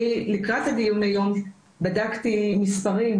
אני, לקראת הדיון היום, בדקתי מספרים.